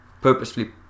purposefully